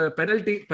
penalty